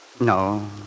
No